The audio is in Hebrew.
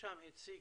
שהציג